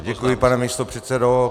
Děkuji, pane místopředsedo.